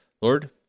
Lord